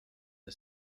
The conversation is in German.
der